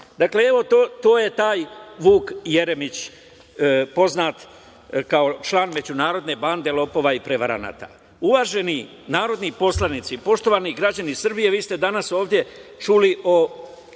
Dakle, to je taj Vuk Jeremić, poznat kao član međunarodne bande lopova i prevaranata. Uvaženi narodni poslanici, poštovani građani Srbije, vi ste danas ovde čuli o